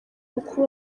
mukuru